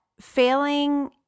failing